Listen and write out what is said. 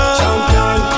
champion